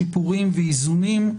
שיפורים ואיזונים.